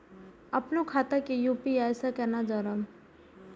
अपनो खाता के यू.पी.आई से केना जोरम?